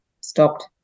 stopped